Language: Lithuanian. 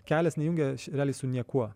kelias nejungia realiai su niekuo